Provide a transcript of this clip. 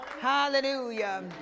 Hallelujah